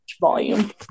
volume